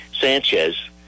Sanchez